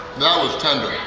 that was tender!